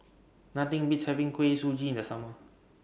Nothing Beats having Kuih Suji in The Summer